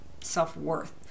self-worth